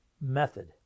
method